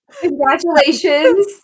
Congratulations